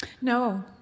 No